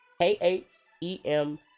K-H-E-M